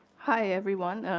hi, everyone.